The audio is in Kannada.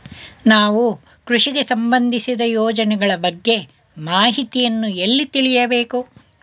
ನಾವು ಕೃಷಿಗೆ ಸಂಬಂದಿಸಿದ ಯೋಜನೆಗಳ ಬಗ್ಗೆ ಮಾಹಿತಿಯನ್ನು ಎಲ್ಲಿ ತಿಳಿಯಬೇಕು?